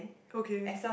okay